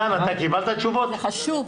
זה חשוב,